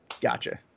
Gotcha